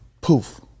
poof